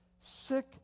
sick